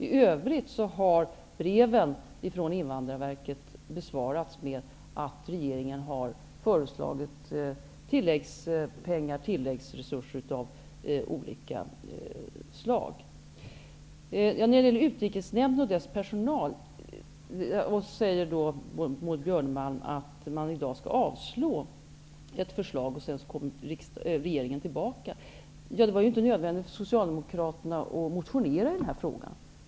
I övrigt har breven från Invandrarverket besvarats med att regeringen har föreslagit tilläggsresurser av olika slag. När det gäller Utlänningsnämnden och dess personal säger Maud Björnemalm att man i dag skall avslå ett förslag och att regeringen sedan kommer tillbaka med samma förslag. Det var inte nödvändigt för Socialdemokraterna att motionera i den här frågan.